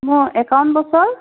মোৰ একাৱন্ন বছৰ